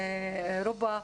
רובא,